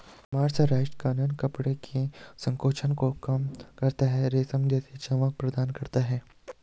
mercerised cotton कपड़े के संकोचन को कम करता है, रेशम जैसी चमक प्रदान करता है